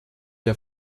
der